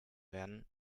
werden